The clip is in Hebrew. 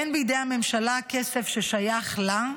אין בידי הממשלה כסף ששייך לה,